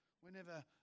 whenever